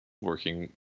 working